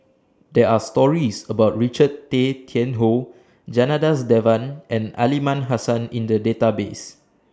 There Are stories about Richard Tay Tian Hoe Janadas Devan and Aliman Hassan in The Database